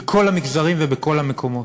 בכל המגזרים ובכל המקומות,